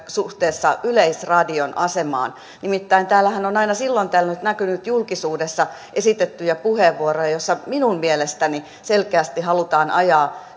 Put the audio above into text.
suhteessa yleisradion asemaan nimittäin täällähän on aina silloin tällöin näkynyt julkisuudessa esitettyjä puheenvuoroja joissa minun mielestäni selkeästi halutaan ajaa